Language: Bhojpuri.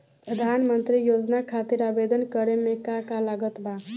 प्रधानमंत्री योजना खातिर आवेदन करे मे का का लागत बा?